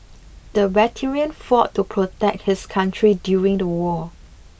the veteran fought to protect his country during the war